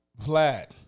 Vlad